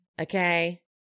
Okay